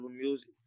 music